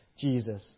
Jesus